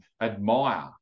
admire